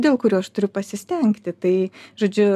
dėl kurių aš turiu pasistengti tai žodžiu